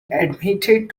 admitted